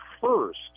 first